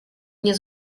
nie